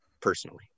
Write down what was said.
personally